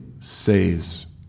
saves